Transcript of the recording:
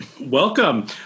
welcome